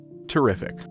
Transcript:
Terrific